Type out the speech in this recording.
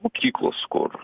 mokyklos kur